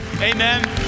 amen